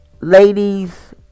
ladies